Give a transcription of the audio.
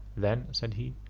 then, said he,